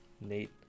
Nate